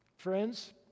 Friends